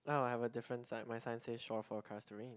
no I have a different side my sign said Shaw for Castherine